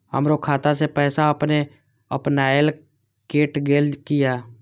हमरो खाता से पैसा अपने अपनायल केट गेल किया?